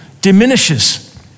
diminishes